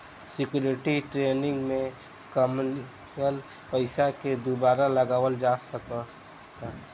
security trading में कामयिल पइसा के दुबारा लगावल जा सकऽता